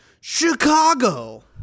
Chicago